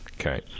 Okay